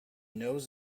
knows